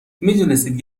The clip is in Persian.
میدونستید